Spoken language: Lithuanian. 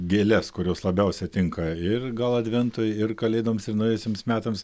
gėles kurios labiausiai tinka ir gal adventui ir kalėdoms ir naujiesiems metams